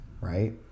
right